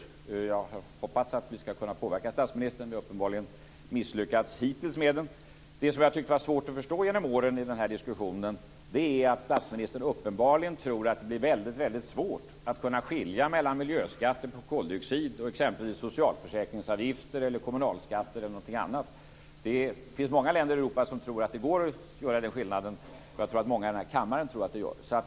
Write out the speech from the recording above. Jag hoppas att vi ska kunna påverka statsministern. Vi har uppenbarligen misslyckats med det hittills. Det som jag tycker har varit svårt att förstå i den här diskussionen genom åren är att statsministern uppenbarligen tror att det blir väldigt svårt att kunna skilja mellan miljöskatter på koldioxid, socialförsäkringsavgifter, kommunalskatter eller något annat. Det finns många länder i Europa som tror att det går att göra den skillnaden, och många i den här kammaren tror också det.